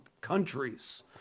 countries